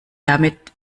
damit